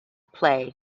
play